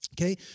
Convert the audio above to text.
Okay